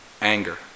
Anger